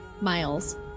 miles